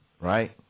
right